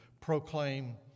proclaim